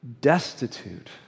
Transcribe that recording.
destitute